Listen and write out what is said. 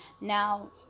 Now